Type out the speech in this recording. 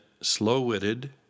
slow-witted